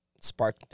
Spark